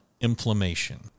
inflammation